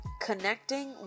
connecting